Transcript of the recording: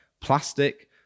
plastic